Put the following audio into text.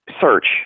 search